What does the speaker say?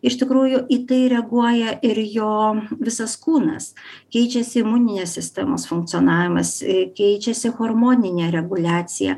iš tikrųjų į tai reaguoja ir jo visas kūnas keičiasi imuninės sistemos funkcionavimas ir keičiasi hormoninė reguliacija